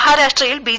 മഹാരാഷ്ട്രയിൽ ബി